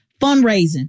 fundraising